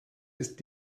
ist